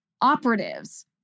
operatives